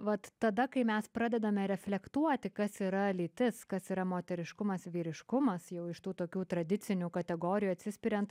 vat tada kai mes pradedame reflektuoti kas yra lytis kas yra moteriškumas vyriškumas jau iš tų tokių tradicinių kategorijų atsispiriant